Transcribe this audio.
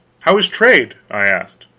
how is trade? i asked.